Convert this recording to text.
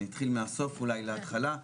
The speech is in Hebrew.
אני אתחיל מהסוף להתחלה.